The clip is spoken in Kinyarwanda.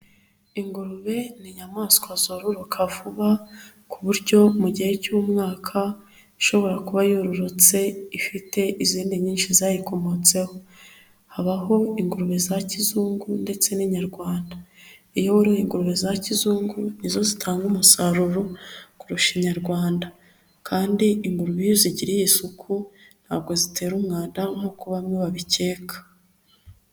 Ingurube ni inyamaswa zororoka vuba ku buryo mu gihe cy'umwaka ishobora kuba yororotse ifite izindi nyinshi zayikomotseho, habaho ingurube za kizungu ndetse n'inyarwanda iyo woroye ingurube za kizungu nizo zitanga umusaruro kurusha inyarwanda, kandi ingurube iyo zigiriye isuku ntabwo zitera umwanda nk'uko bamwe babikeka.